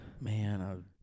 Man